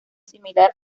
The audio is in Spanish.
similar